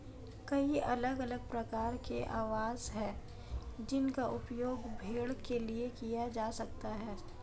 कई अलग अलग प्रकार के आवास हैं जिनका उपयोग भेड़ के लिए किया जा सकता है